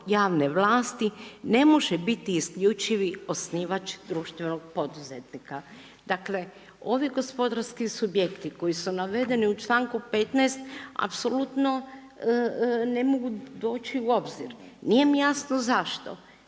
javne vlasti ne može biti isključivi osnivač društvenog poduzetnika. Dakle ovi gospodarski subjekti koji su navedeni u članku 15. apsolutno ne mogu doći u obzir. Nije mi jasno zašto?